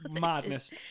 madness